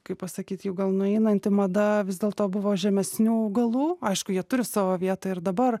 kaip pasakyt jau gal nueinanti mada vis dėlto buvo žemesnių augalų aišku jie turi savo vietą ir dabar